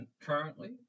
currently